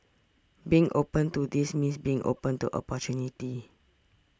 being open to this means being open to opportunity